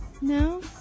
no